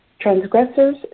transgressors